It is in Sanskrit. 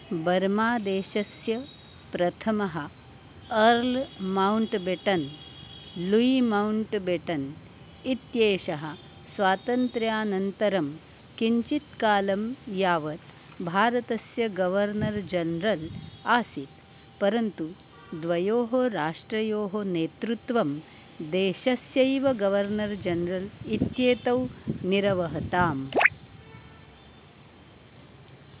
बर्मादेशस्य प्रथमः अर्ल् मौण्ट्बेटन् लुयि मौण्ट्बेटन् इत्येषः स्वातन्त्र्यानन्तरं किञ्चित् कालं यावत् भारतस्य गवर्नर् जनरल् आसीत् परन्तु द्वयोः राष्ट्रयोः नेतृत्वं देशस्यैव गवर्नर् जन्रल् इत्येतौ निरवहताम्